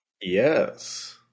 Yes